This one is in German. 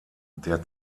der